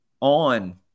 on